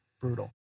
brutal